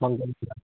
ꯃꯪꯒꯟ